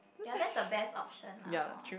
ya that's the best option lah hor